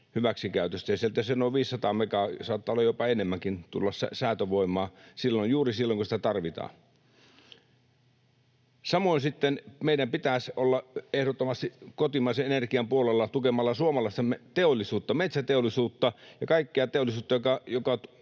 sieltä se noin 500 megaa, saattaa olla jopa enemmänkin, olisi tulossa säätövoimaa juuri silloin, kun sitä tarvitaan. Samoin sitten meidän pitäisi olla ehdottomasti kotimaisen energian puolella tukemalla suomalaista teollisuutta, metsäteollisuutta ja kaikkea teollisuutta,